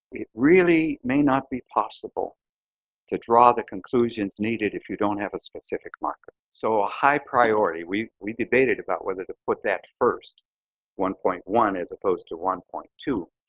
it really may not be possible to draw the conclusions needed if you don't have a specific marker. so ah high priority, we we debated about whether to put that first one point one as opposed to one point two,